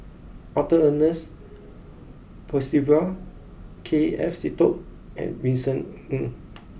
Arthur Ernest Percival K F Seetoh and Vincent Ng